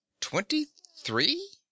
Twenty-three